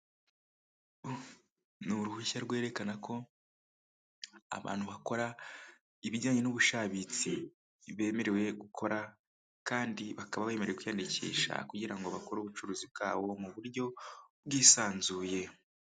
Ni uruhushya rwerekana ko abantu bakora ibijyanye n'ubushabitsi bemerewe gukora kandi bakaba bemerewe kwiyandikisha kugira ngo bakore ubucuruzi bwabo mu buryo bwisanzuye.